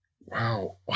Wow